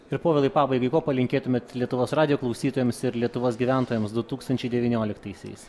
ir povilai pabaigai ko palinkėtumėt lietuvos radijo klausytojams ir lietuvos gyventojams du tūkstančiai devynioliktaisiais